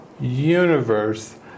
universe